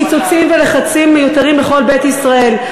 קיצוצים ולחצים מיותרים לכל בית ישראל.